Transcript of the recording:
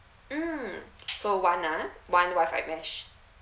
mm so one ah one WI-FI mesh